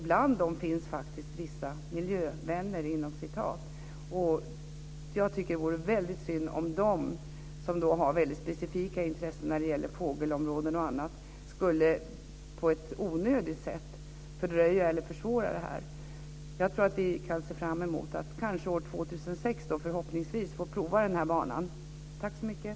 Bland dem finns faktiskt vissa "miljövänner". Jag tycker att det vore väldigt synd om de, som har väldigt specifika intressen när det gäller fågelområden och annat, skulle fördröja eller försvåra detta på ett onödigt sätt. Förhoppningsvis kan vi se fram emot att få prova den här banan år 2006.